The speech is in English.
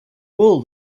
wool